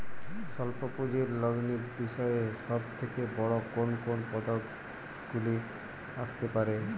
স্বল্প পুঁজির লগ্নি বিষয়ে সব থেকে বড় কোন কোন বিপদগুলি আসতে পারে?